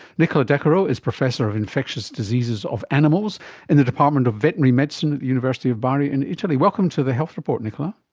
nicola decaro is professor of infectious diseases of animals in the department of veterinary medicine at the university of bari in italy. welcome to the health report, nicola.